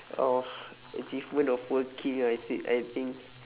of achievement of working I said I think